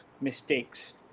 mistakes